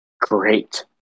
great